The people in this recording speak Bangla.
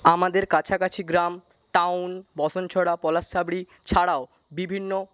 আমাদের কাছাকাছি গ্রাম টাউন বসনছোড়া পলাশসাবরি ছাড়াও বিভিন্ন